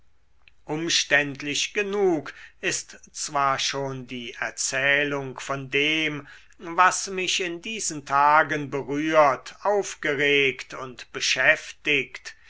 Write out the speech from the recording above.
umständlich genug ist zwar schon die erzählung von dem was mich in diesen tagen berührt aufgeregt und beschäftigt